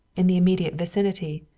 in the immediate vicinity,